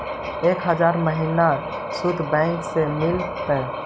एक हजार के महिना शुद्ध बैंक से मिल तय?